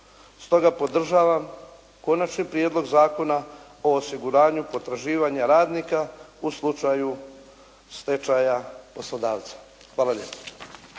Stoga podržavam Konačni prijedlog zakona o osiguranju potraživanja radnika u slučaju stečaja poslodavca. Hvala lijepa.